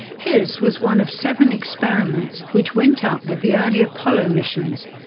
his was one of seven experiments which went up with the early apollo missions,